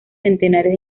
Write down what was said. centenares